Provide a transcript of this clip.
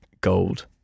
gold